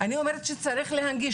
אני אומרת שצריך להנגיש,